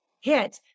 hit